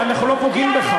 אנחנו לא פוגעים בך.